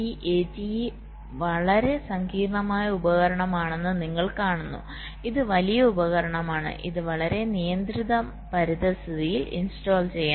ഈ ATE വളരെ സങ്കീർണ്ണമായ ഉപകരണമാണെന്ന് നിങ്ങൾ കാണുന്നു ഇത് വലിയ ഉപകരണമാണ് ഇത് വളരെ നിയന്ത്രിത പരിതസ്ഥിതിയിൽ ഇൻസ്റ്റാൾ ചെയ്യണം